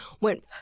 went